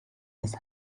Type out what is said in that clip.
his